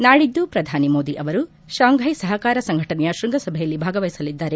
ನಾಡಿದ್ದು ಪ್ರಧಾನಿ ಮೋದಿ ಅವರು ಶಾಂಘೈ ಸಹಕಾರ ಸಂಘಟನೆಯ ಶೃಂಗಸಭೆಯಲ್ಲಿ ಭಾಗವಹಿಸಲಿದ್ದಾರೆ